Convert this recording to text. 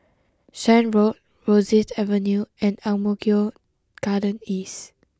Shan Road Rosyth Avenue and Ang Mo Kio Garden East